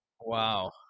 Wow